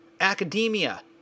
Academia